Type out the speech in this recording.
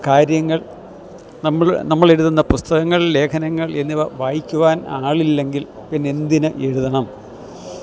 കാര്യങ്ങൾ നമ്മൾ നമ്മളെഴുതുന്ന പുസ്തകങ്ങൾ ലേഖനങ്ങൾ എന്നിവ വായിക്കുവാൻ ആളില്ലെങ്കിൽ പിന്നെ എന്തിന് എഴുതണം